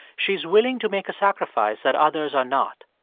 she's willing to make a sacrifice that others are not.